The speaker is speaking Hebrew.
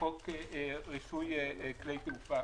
חוק רישוי כלי תעופה